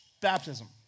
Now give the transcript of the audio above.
baptism